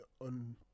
on